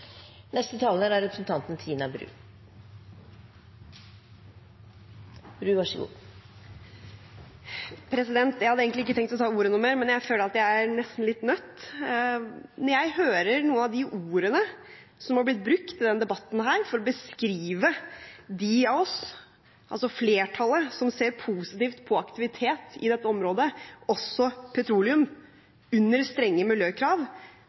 tenkt å ta ordet noe mer, men jeg føler nesten at jeg er litt nødt. Når jeg hører noen av de ordene som har blitt brukt i denne debatten, for å beskrive de av oss – altså flertallet – som ser positivt på aktivitet i dette området, også petroleumsaktivitet under strenge miljøkrav,